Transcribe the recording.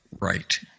Right